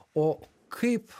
o kaip